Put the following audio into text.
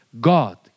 God